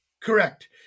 Correct